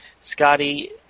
Scotty